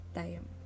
time